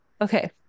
Okay